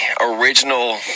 original